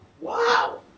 Wow